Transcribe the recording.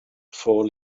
four